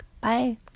bye